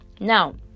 now